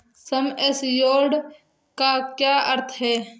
सम assured का क्या अर्थ है?